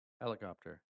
helicopter